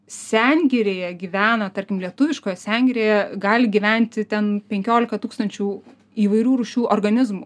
sengirėje gyvena tarkim lietuviškoj sengirėje gali gyventi ten penkiolika tūkstančių įvairių rūšių organizmų